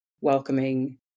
welcoming